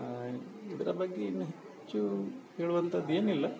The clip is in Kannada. ಇದರ ಬಗ್ಗೆ ಇನ್ನು ಹೆಚ್ಚು ಹೇಳುವಂಥದ್ದೇನಿಲ್ಲ